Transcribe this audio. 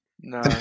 No